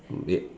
wait